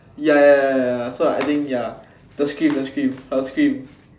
ya ya ya so I think ya the scream the scream her scream